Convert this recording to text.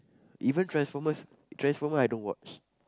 even Transformers Transformers I don't watch